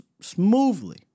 smoothly